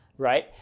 Right